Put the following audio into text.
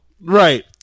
Right